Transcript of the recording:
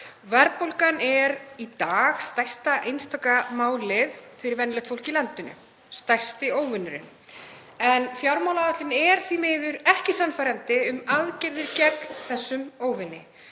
Verðbólgan er í dag stærsta einstaka málið fyrir venjulegt fólk í landinu, stærsti óvinurinn, en fjármálaáætlunin er því miður ekki sannfærandi um aðgerðir gegn þessum óvini.